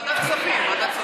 לוועדת הכספים, לוועדת הכספים.